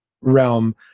realm